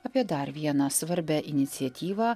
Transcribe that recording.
apie dar vieną svarbią iniciatyvą